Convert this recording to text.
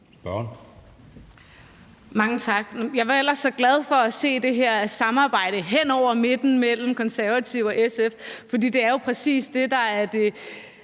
Mange tak. Jeg var ellers så glad for at se det her samarbejde hen over midten mellem Konservative og SF, for det er jo præcis det, der er det